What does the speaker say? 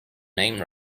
name